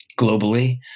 globally